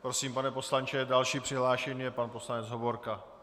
Prosím, pane poslanče, další přihlášený je pan poslanec Hovorka.